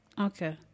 Okay